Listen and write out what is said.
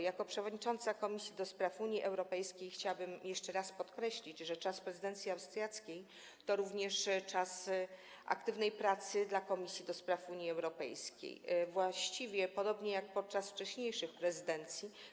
Jako przewodnicząca Komisji do Spraw Unii Europejskiej chciałabym jeszcze raz podkreślić, że czas prezydencji austriackiej to również czas aktywnej pracy dla Komisji do Spraw Unii Europejskiej, właściwie podobnie jak podczas wcześniejszych prezydencji.